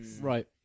Right